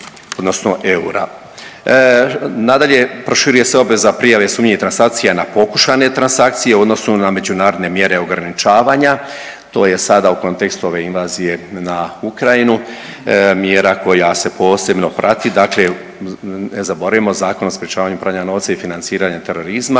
Nadalje proširuje se obveza prijave sumnjivih transakcija na pokušane transakcije u odnosu na međunarodne mjere ograničavanja. To je sada u kontekstu ove invazije na Ukrajinu, mjera koja se posebno prati. Dakle, ne zaboravimo Zakon o sprječavanju pranja novca i financiranje terorizma